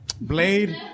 Blade